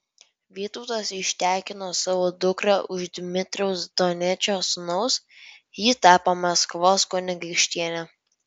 vytautas ištekino savo dukrą už dmitrijaus doniečio sūnaus ji tapo maskvos kunigaikštiene